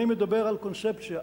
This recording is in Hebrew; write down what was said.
אני מדבר על קונספציה,